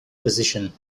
position